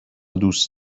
دوست